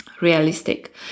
realistic